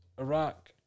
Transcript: Iraq